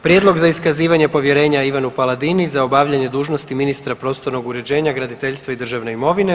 Prijedlog za iskazivanje povjerenja Ivanu Paladini za obavljanje dužnosti ministra prostornog uređenja, graditeljstva i državne imovine.